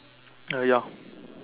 uh ya